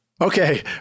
okay